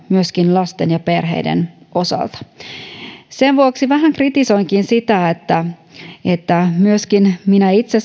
myöskin lasten ja perheiden osalta sen vuoksi vähän kritisoinkin sitä että sosiaali ja terveysvaliokunta jossa myöskin minä itse